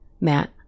Matt